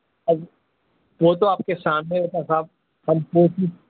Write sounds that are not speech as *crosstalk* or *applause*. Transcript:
*unintelligible* وہ تو آپ کے سامنے ہوتا صاحب ہم کوشش